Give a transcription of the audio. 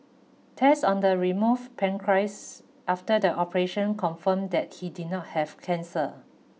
tests on the removed pancreas after the operation confirmed that he did not have cancer